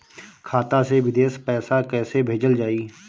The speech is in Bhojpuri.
खाता से विदेश पैसा कैसे भेजल जाई?